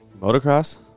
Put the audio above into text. Motocross